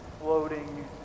floating